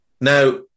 Now